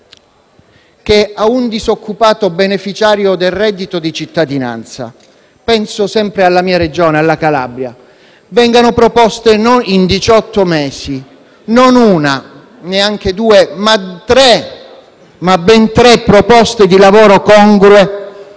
che a un disoccupato beneficiario del reddito di cittadinanza - penso sempre alla mia Regione Calabria - vengano offerte in diciotto mesi non una o due, ma ben tre proposte di lavoro congrue?